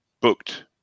booked